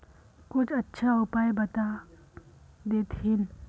कुछ अच्छा उपाय बता देतहिन?